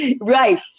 right